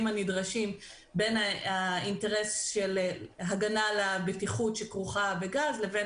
הנדרשים בין האינטרס של הגנה על הבטיחות שכרוכה בגז לבין